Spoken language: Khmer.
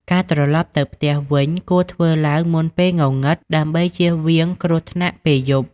ការត្រឡប់ទៅផ្ទះ វិញគួរធ្វើឡើងមុនពេលងងឹត ដើម្បីជៀសវាងគ្រោះថ្នាក់ពេលយប់។